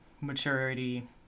maturity